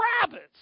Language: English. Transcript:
rabbits